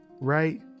Right